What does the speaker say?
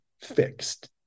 fixed